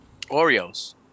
Oreos